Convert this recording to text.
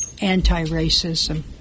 anti-racism